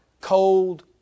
cold